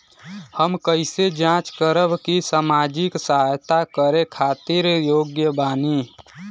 हम कइसे जांच करब की सामाजिक सहायता करे खातिर योग्य बानी?